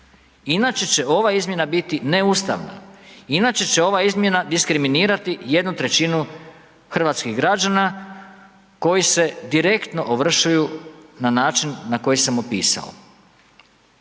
inače će ova izmjena biti neustavna, inače će ova izmjena diskriminirati jednu trećinu hrvatskih građana koji se direktno ovršuju na način na koji sam opisao.